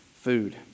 food